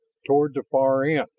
toward the far end.